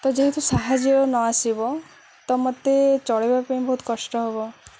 ତ ଯେହେତୁ ସାହାଯ୍ୟ ନଆସିବ ତ ମୋତେ ଚଳେଇବା ପାଇଁ ବହୁତ କଷ୍ଟ ହେବ